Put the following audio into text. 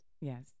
Yes